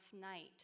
night